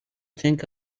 think